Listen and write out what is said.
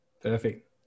Perfect